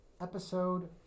episode